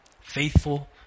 faithful